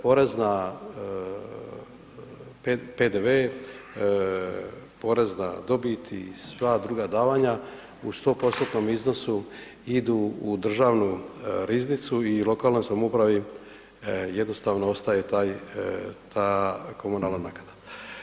Porezna, PDV, porez na dobit i sva druga davanja u 100%-tnom iznosu idu u državnu riznicu i lokalnoj samoupravi jednostavno ostaje taj, ta komunalna naknada.